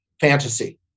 fantasy